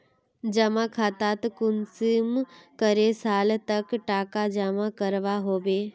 जमा खातात कुंसम करे साल तक टका जमा करवा होबे?